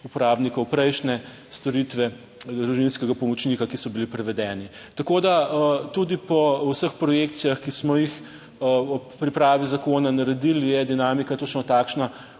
uporabnikov prejšnje storitve družinskega pomočnika, ki so bili prevedeni. Tako, da tudi po vseh projekcijah, ki smo jih ob pripravi zakona naredili, je dinamika točno takšna